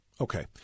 Okay